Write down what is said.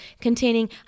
Containing